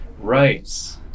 Right